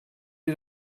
ihr